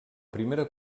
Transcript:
primera